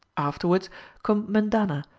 afterwards come mendana,